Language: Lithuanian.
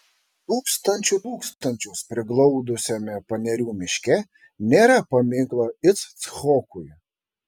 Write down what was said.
tūkstančių tūkstančius priglaudusiame panerių miške nėra paminklo icchokui